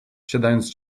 siadając